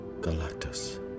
galactus